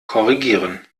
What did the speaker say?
korrigieren